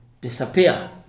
disappear